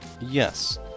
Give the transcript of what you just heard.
Yes